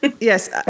Yes